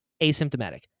asymptomatic